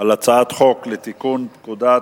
על הצעת חוק לתיקון פקודת